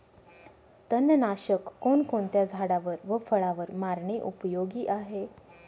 तणनाशक कोणकोणत्या झाडावर व फळावर मारणे उपयोगी आहे?